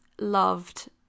loved